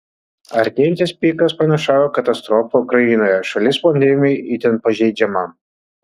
artėjantis pikas pranašauja katastrofą ukrainoje šalis pandemijai itin pažeidžiama